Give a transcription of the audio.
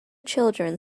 children